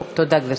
תודה, גברתי.